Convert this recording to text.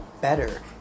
better